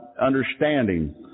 understanding